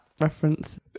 reference